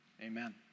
amen